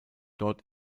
dort